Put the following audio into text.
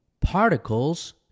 particles